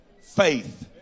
Faith